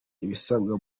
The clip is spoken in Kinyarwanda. ibisabwa